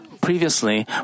previously